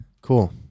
cool